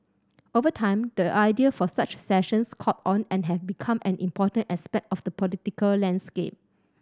over time the idea for such sessions caught on and have become an important aspect of the political landscape